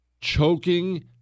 Choking